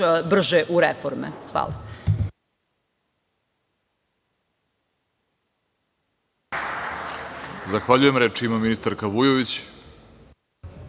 brže u reforme. Hvala.